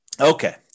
Okay